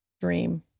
dream